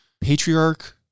patriarch